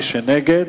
מי שנגד,